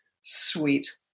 Sweet